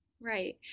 Right